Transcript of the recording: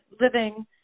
living